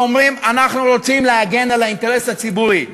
ואומרים: אנחנו רוצים להגן על האינטרס הציבורי?